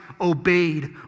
obeyed